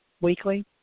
weekly